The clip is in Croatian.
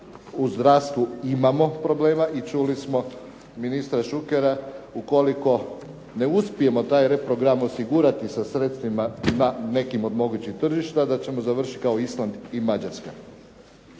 u zdravstvu imamo problema i čuli smo ministra Šukera ukoliko ne uspijemo taj reprogram osigurati sa sredstvima na nekim od mogućih tržišta da ćemo završiti kao Island i Mađarska.